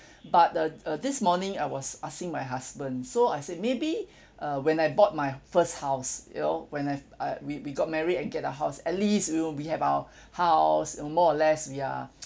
but the uh this morning I was asking my husband so I said maybe uh when I bought my first house you know when I I we we got married and get a house at least you know we have our house you know more or less we are